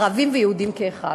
ערבים ויהודים כאחד.